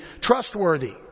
trustworthy